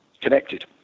connected